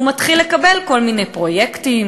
הוא מתחיל לקבל כל מיני פרויקטים.